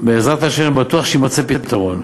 בעזרת השם, בטוח שיימצא פתרון,